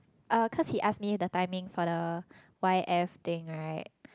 oh cause he asked me the timing for the Y_F thing right